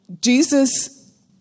Jesus